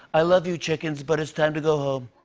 i love you chickens, but it's time to go